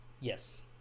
yes